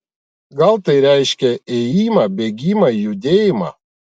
gal tai reiškia ėjimą bėgimą judėjimą